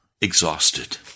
exhausted